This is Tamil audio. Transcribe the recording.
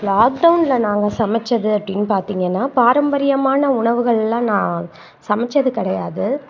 லாக்டவுன்ல நாங்கள் சமைச்சது அப்படின்னு பார்த்திங்கனா பாரம்பரியமான உணவுகள்லாம் நான் சமைச்சது கிடையாது